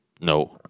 no